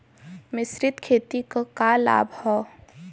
मिश्रित खेती क का लाभ ह?